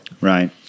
Right